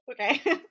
Okay